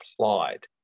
applied